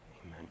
Amen